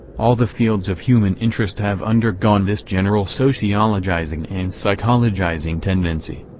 all the fields of human interest have undergone this general sociologizing and psychologizing tendency.